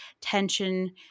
tension